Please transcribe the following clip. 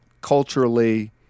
culturally